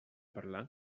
parlar